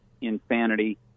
insanity